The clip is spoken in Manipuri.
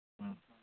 ꯎꯝ